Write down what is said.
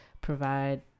provide